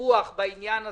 דיווח בעניין הזה.